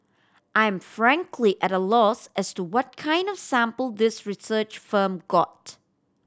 I am frankly at a loss as to what kind of sample this research firm got